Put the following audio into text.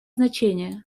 значение